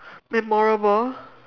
memorable